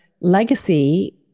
legacy